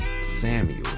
Samuel